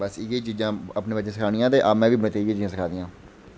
इ'यै चीजां अपने बच्चें गी सखानियां ते में बी अपने बच्चें गी इ'यै चीजां सखाई दियां न